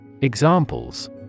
Examples